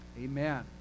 Amen